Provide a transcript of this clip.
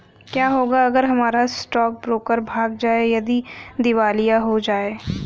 क्या होगा अगर हमारा स्टॉक ब्रोकर भाग जाए या दिवालिया हो जाये?